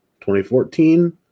2014